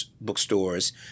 bookstores